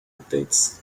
updates